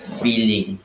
feeling